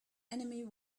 enemy